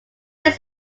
his